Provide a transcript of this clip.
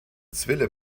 zwille